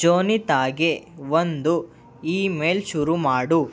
ಜೋನಿತಾಗೆ ಒಂದು email ಶುರು ಮಾಡು